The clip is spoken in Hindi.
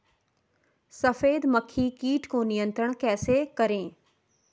सफेद मक्खी कीट को नियंत्रण कैसे करें?